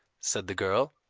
said the girl.